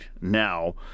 now